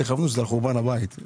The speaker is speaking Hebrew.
תכוונו שזה על חורבן הבית.